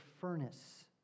furnace